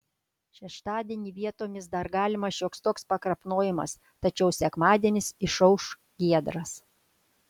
šeštadienį vietomis dar galimas šioks toks pakrapnojimas tačiau sekmadienis išauš giedras